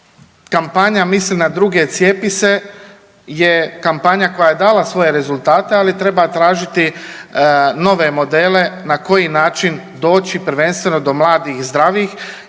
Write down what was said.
Kampanja „Misli na druge – cijepi se!“ je kampanja koja je dala svoje rezultate, ali treba tražiti nove modele na koji način doći prvenstveno do mladih zdravih.